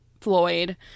floyd